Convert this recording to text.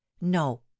no